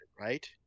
right